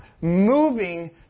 moving